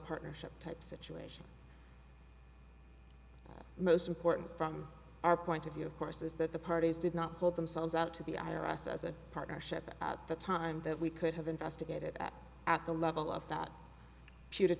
partnership type situation most important from our point of view of course is that the parties did not hold themselves out to the i r s as a partnership at the time that we could have investigated at at the level of that she did have